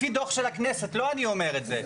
לפי דוח של הכנסת, לא אני אומר את זה.